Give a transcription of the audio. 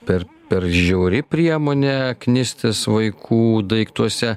per per žiauri priemone knistis vaikų daiktuose